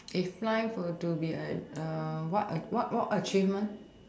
if life were to be a a what a what what achievement